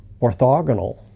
orthogonal